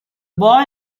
boy